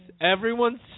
Everyone's